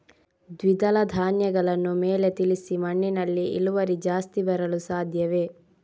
ದ್ವಿದಳ ಧ್ಯಾನಗಳನ್ನು ಮೇಲೆ ತಿಳಿಸಿ ಮಣ್ಣಿನಲ್ಲಿ ಇಳುವರಿ ಜಾಸ್ತಿ ಬರಲು ಸಾಧ್ಯವೇ?